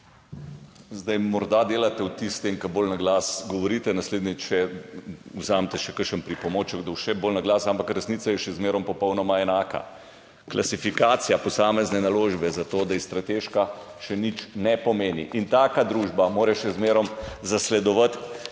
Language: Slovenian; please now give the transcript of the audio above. Zdaj morda delate vtis s tem, ko bolj na glas govorite, naslednjič vzemite še kakšen pripomoček, da bo še bolj na glas, ampak resnica je še zmeraj popolnoma enaka. Klasifikacija posamezne naložbe za to, da je strateška, še nič ne pomeni. Taka družba mora še zmeraj zasledovati